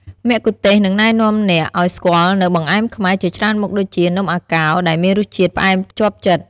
មគ្គុទ្ទេសក៍នឹងណែនាំអ្នកឱ្យស្គាល់នូវ បង្អែមខ្មែរ ជាច្រើនមុខដូចជា នំអាកោ ដែលមានរសជាតិផ្អែមជាប់ចិត្ត